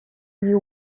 you